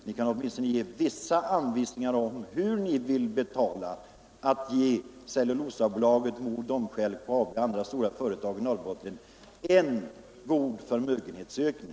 Ni kan åtminstone ge vissa anvisningar om hur ni vill ge Cellulosabolaget, Mo och Domsjö, LKAB eller andra stora företag i Norrbotten en god förmögenhetsökning.